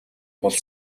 бол